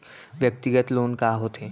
व्यक्तिगत लोन का होथे?